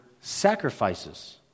sacrifices